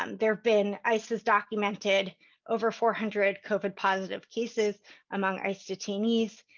um there have been ice has documented over four hundred covid positive cases among ice detainees,